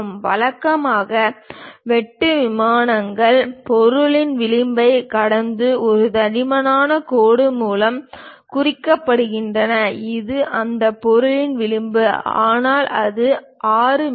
வழக்கமாக வெட்டு விமானங்கள் பொருளின் விளிம்பைக் கடந்த ஒரு தடிமனான கோடு மூலம் குறிக்கப்படுகின்றன இது அந்த பொருளின் விளிம்பு ஆனால் அது 6 மி